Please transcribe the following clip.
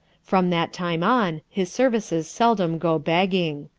from that time on his services seldom go begging.